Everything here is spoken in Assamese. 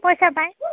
পইচা পায়